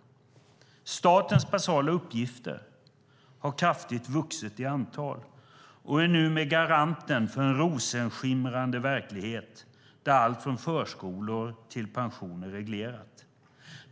Hon uttrycker det så här: Statens basala uppgifter har kraftigt vuxit i antal och är numer garanten för en rosenskimrande verklighet där allt från förskolor till pension är reglerat.